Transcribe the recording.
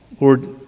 Lord